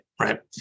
right